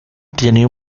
tiene